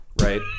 right